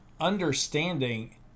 understanding